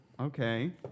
okay